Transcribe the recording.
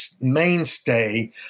mainstay